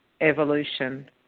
evolution